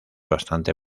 bastante